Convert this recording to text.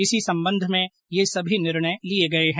इसी संबंध में यह सभी निर्णय लिये गये है